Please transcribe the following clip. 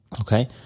Okay